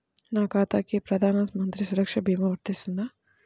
నా ఖాతాకి ప్రధాన మంత్రి సురక్ష భీమా వర్తిస్తుందా?